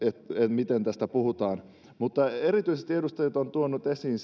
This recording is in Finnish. miten tästä puhutaan erityisesti edustajat ovat tuoneet esiin